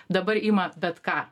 dabar ima bet ką